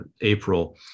april